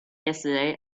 yesterday